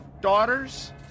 daughters